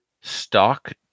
stock